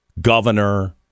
governor